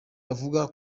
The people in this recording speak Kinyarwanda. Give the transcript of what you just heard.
avuga